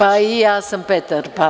Pa, i ja sam Petar Pan…